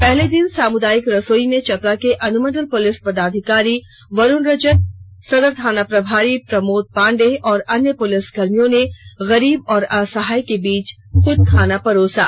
पहले दिन सामुदायिक रसोई में चतरा के अनुमंडल पुलिस पदाधिकारी वरुण रजक सदर थाना प्रभारी प्रमोद पाण्डे व अन्य पुलिस कर्मियों ने गरीब और असहायों के बीच स्वयं से खाना परोसा